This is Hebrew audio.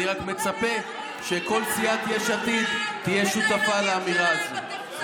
אני רק מצפה שכל סיעת יש עתיד תהיה שותפה לאמירה הזאת.